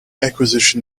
acquisition